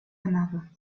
another